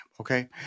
okay